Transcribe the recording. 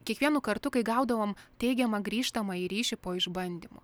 kiekvienu kartu kai gaudavom teigiamą grįžtamąjį ryšį po išbandymų